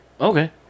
Okay